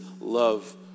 love